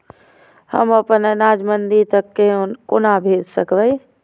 हम अपन अनाज मंडी तक कोना भेज सकबै?